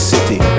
City